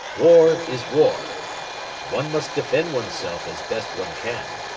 war is war one must defend oneself as best one can.